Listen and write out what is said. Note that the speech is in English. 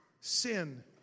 sin